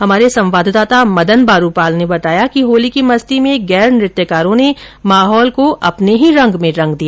हमारे संवाददाता मदन बारूपाल ने बताया कि होली की मस्ती में गैर नृत्यकारों ने माहौल को अपने ही रंग में रंग दिया